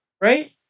right